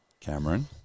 Cameron